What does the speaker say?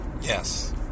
Yes